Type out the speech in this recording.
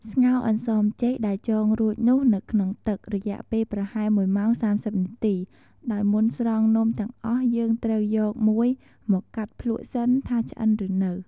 ស្ងោរអន្សមចេកដែលចងរួចនោះនៅក្នុងទឹក រយៈពេលប្រហែល ១ម៉ោង៣០នាទី ដោយមុនស្រង់នំទាំងអស់ យើងត្រូវយកមួយមកកាត់ភ្លក្សសិនថាឆ្អិនឬនៅ។